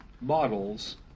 models